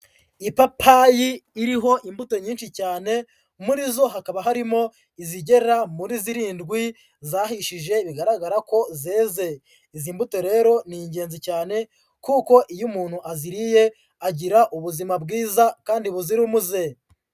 Ipapayi iriho imbuto nyinshi cyane, muri zo hakaba harimo izigera muri zirindwi zahishije bigaragara ko zeze. Izi mbuto rero ni ingenzi cyane kuko iyo umuntu aziriye agira ubuzima bwiza kandi buzira umuze.